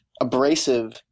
abrasive